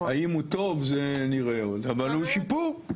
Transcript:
האם הוא טוב, את זה נראה אבל הוא שיפור.